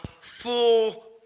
full